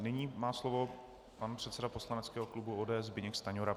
Nyní má slovo pan předseda poslaneckého klubu ODS Zbyněk Stanjura.